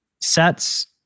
sets